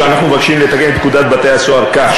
אנחנו מבקשים לתקן את פקודת בתי-הסוהר כך